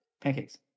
Pancakes